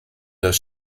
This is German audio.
das